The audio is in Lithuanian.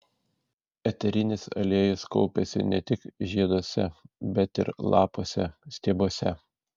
eterinis aliejus kaupiasi ne tik žieduose bet ir lapuose stiebuose